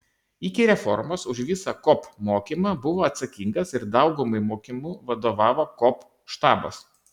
iki reformos už visą kop mokymą buvo atsakingas ir daugumai mokymų vadovavo kop štabas